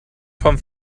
vom